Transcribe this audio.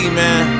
man